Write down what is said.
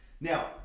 Now